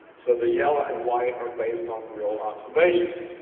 so the yellow and white are based on real observations.